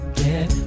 get